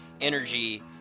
energy